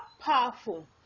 powerful